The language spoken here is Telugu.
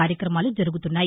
కార్యక్రమాలు జరుగుతున్నాయి